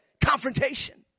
Confrontation